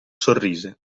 sorrise